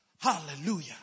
Hallelujah